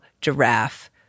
giraffe